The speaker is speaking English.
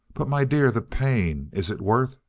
but, my dear, the pain is it worth